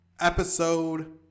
Episode